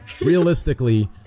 Realistically